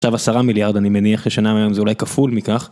עכשיו עשרה מיליארד אני מניח לשנה מהם זה אולי כפול מכך.